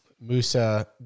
Musa